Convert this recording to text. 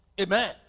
Amen